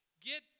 get